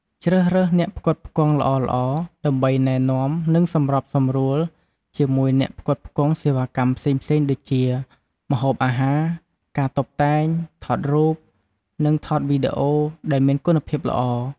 ជ្រើសរើសអ្នកផ្គត់ផ្គង់ល្អៗ ដើម្បីណែនាំ និងសម្របសម្រួលជាមួយអ្នកផ្គត់ផ្គង់សេវាកម្មផ្សេងៗដូចជា ម្ហូបអាហារ ការតុបតែង ថតរូប និងថតវីដេអូ ដែលមានគុណភាពល្អ។